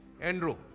Andrew